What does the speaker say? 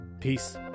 peace